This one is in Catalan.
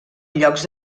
llocs